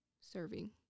serving